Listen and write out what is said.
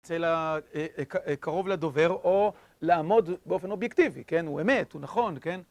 צא קרוב לדובר או לעמוד באופן אובייקטיבי, כן? הוא אמת, הוא נכון, כן?